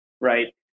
right